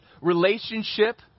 relationship